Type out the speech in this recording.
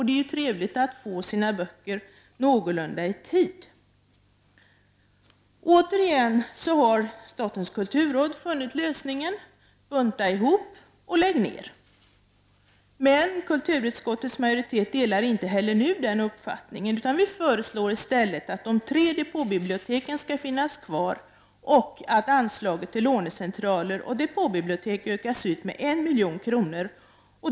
Det är ju trevligt att få sina böcker någorlunda i tid. Återigen har statens kulturråd funnit lösningen: bunta ihop och lägg ner! Kulturutskottets majoritet delar dock inte heller nu den uppfattningen. Vi föreslår i stället att de tre depåbiblioteken skall finnas kvar och att anslaget till lånecentraler och depåbibliotek ökas ut med 1 milj.kr.